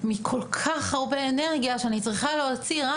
מכל כך הרבה אנרגיה שאני צריכה להוציא רק